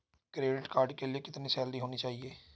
Credit card के लिए कितनी सैलरी होनी चाहिए?